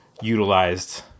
utilized